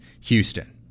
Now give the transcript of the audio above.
Houston